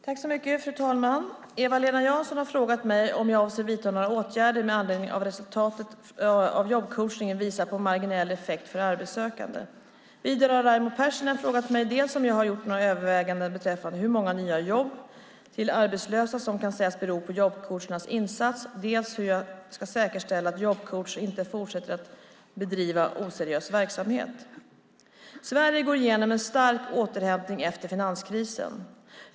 Fru talman! Eva-Lena Jansson har frågat mig om jag avser att vidta några åtgärder med anledning av att resultatet av jobbcoachningen visar på marginell effekt för arbetssökande. Vidare har Raimo Pärssinen frågat mig dels om jag gjort några överväganden beträffande hur många nya jobb till arbetslösa som kan sägas bero på jobbcoachernas insatser, dels hur jag ska säkerställa att jobbcoacher inte fortsätter att bedriva oseriös verksamhet. Sverige går igenom en stark återhämtning efter finanskrisen.